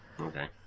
okay